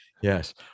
Yes